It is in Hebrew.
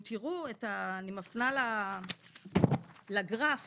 אני מפנה לגרף